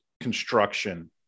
construction